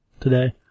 Today